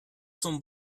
son